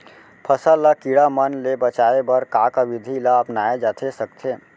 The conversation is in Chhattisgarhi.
फसल ल कीड़ा मन ले बचाये बर का का विधि ल अपनाये जाथे सकथे?